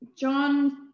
John